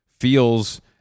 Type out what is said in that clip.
feels